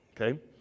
okay